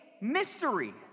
mystery